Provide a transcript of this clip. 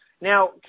Now